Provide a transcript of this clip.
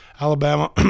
Alabama